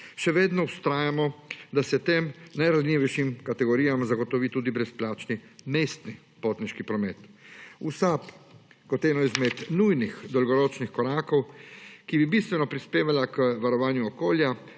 Še vedno vztrajamo, da se tam najranljivejšim kategorijam zagotovi tudi brezplačni mestni potniški promet. V SAB kot eden izmed nujnih dolgoročnih korakov, ki bi bistveno prispevala k varovanju okolja